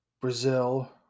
Brazil